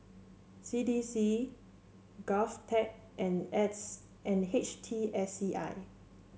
C D C Govtech and and H T S C I